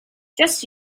just